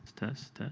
test? and